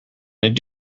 going